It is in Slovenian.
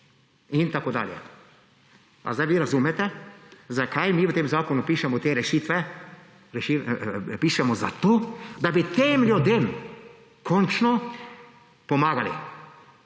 In tako dalje. A zdaj vi razumete, zakaj mi v tem zakonu pišemo te rešitve. Pišemo jih zato, da bi tem ljudem končno pomagali.